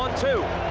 ah to